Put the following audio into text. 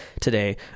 Today